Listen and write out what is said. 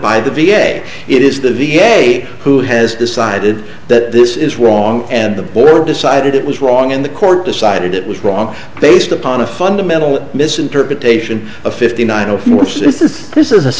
by the v a it is the v a who has decided that this is wrong and the board decided it was wrong and the court decided it was wrong based upon a fundamental misinterpretation of fifty nine of which this is this is